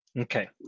Okay